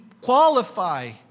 qualify